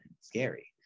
scary